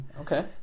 okay